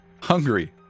Hungry